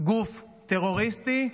גוף טרוריסטי,